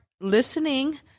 listening